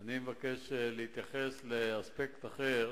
אני מבקש להתייחס לאספקט אחר,